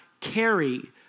carry